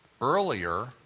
earlier